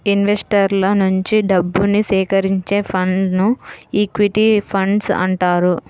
ఇన్వెస్టర్ల నుంచి డబ్బుని సేకరించే ఫండ్స్ను ఈక్విటీ ఫండ్స్ అంటారు